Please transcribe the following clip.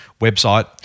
website